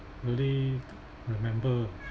really remember